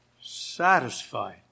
Satisfied